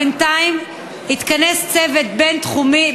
בינתיים התכנס צוות בין-תחומי,